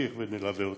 ונמשיך ונלווה אותם.